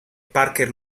parker